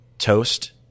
Toast